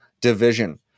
division